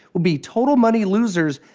would be totally money losers,